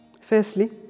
Firstly